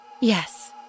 Yes